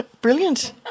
Brilliant